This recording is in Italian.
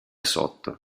sotto